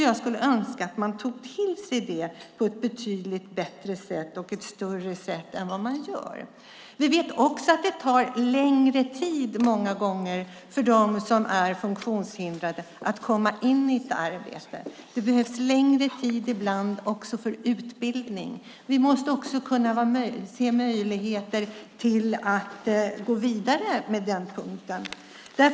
Jag skulle därför önska att man tog till sig det på ett betydligt bättre sätt än vad man gör. Vi vet också att det många gånger tar längre tid för dem som är funktionshindrade att komma in i ett arbete. Det behövs ibland också längre tid för utbildning. Vi måste också kunna se möjligheter att gå vidare med den punkten.